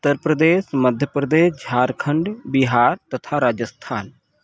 उत्तर प्रदेश मध्य प्रदेश झारखंड बिहार तथा राजस्थान